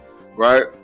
Right